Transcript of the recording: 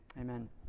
Amen